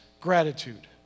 gratitude